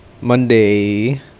monday